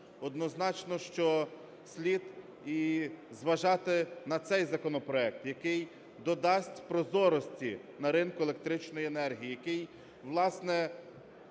однозначно, що слід і зважати на цей законопроект, який додасть прозорості на ринку електричної енергії, який, власне,